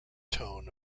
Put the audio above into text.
tone